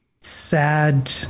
sad